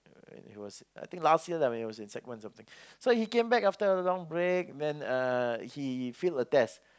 and he was I think last year when I was in sec one or something so he came back after a long break then uh he failed a test